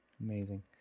Amazing